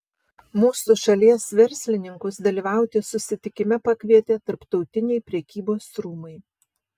mūsų šalies verslininkus dalyvauti susitikime pakvietė tarptautiniai prekybos rūmai